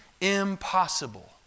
impossible